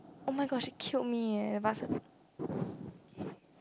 oh my gosh it killed me eh